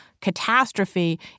catastrophe